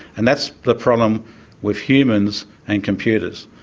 and that's the problem with humans and computers.